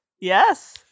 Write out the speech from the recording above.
Yes